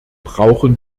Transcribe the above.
brauchen